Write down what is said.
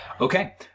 Okay